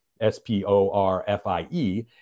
S-P-O-R-F-I-E